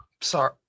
Sorry